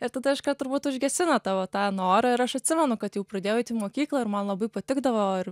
ir tada iškart turbūt užgesino tavo tą norą ir aš atsimenu kad jau pradėjau eit į mokyklą ir man labai patikdavo ir